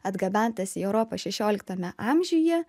atgabentas į europą šešioliktame amžiuje